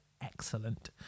excellent